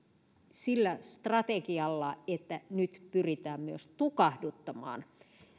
sillä strategialla että nyt pyritään myös tukahduttamaan